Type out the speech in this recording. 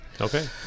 Okay